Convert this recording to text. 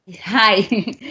Hi